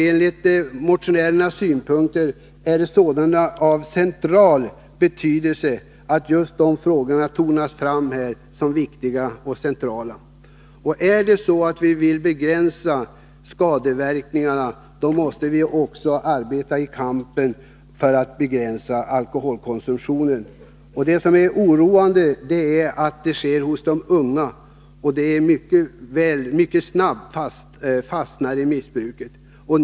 Enligt motionärernas synpunkt är det sålunda av central betydelse att just de frågorna tonar fram som viktiga och centrala. Om vi vill begränsa skadeverkningarna, måste vi också arbeta i kampen för att begränsa alkoholkonsumtionen. Det som verkligen är oroande är konsumtionen hos de unga och att de mycket snabbt fastnar i missbruk.